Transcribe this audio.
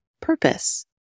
purpose